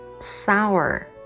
Sour